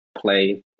play